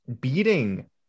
beating